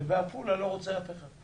ואילו בעפולה לא רוצה לגור אף אחד.